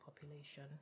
population